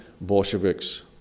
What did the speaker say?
Bolsheviks